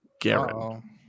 Garen